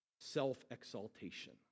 self-exaltation